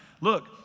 look